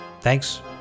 Thanks